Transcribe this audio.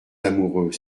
amoureux